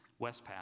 Westpath